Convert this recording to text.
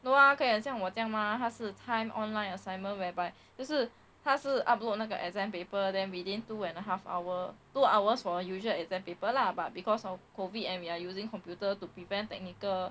no lah 可以很像我这样 mah 他是 timed online assignment whereby 就是他是 upload 那个 exam paper then within two and a half hour two hours for usual exam paper lah but because of COVID and we are using computer to prevent technical